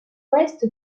ouest